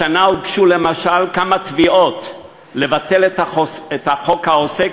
השנה הוגשו, למשל, כמה תביעות לבטל את החוק העוסק